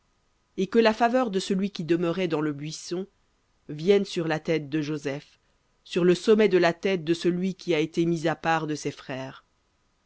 et que la faveur de celui qui demeurait dans le buisson vienne sur la tête de joseph sur le sommet de la tête de celui qui a été mis à part de ses frères